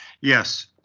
Yes